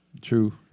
True